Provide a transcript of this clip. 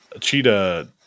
cheetah